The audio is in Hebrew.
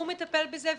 הוא מטפל בזה.